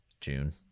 June